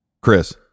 Chris